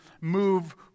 move